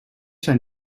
zijn